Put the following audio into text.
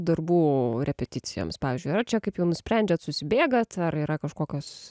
darbų repeticijoms pavyzdžiui ar yra čia kaip jau nusprendžiat susibėgat ar yra kažkokios